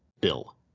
bill